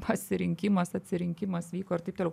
pasirinkimas atsirinkimas vyko ir taip toliau